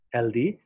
Healthy